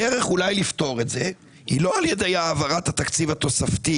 הדרך אולי לפתור את זה היא לא על ידי העברת התקציב התוספתי